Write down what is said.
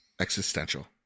Existential